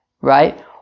Right